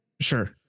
Sure